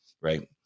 right